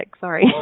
sorry